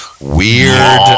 weird